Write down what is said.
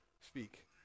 speak